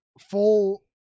full